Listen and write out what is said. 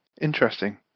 interesting